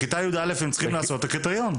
בכיתה י"א הם צריכים לעשות קריטריון.